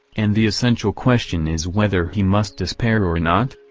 and the essential question is whether he must despair or not?